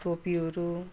टोपीहरू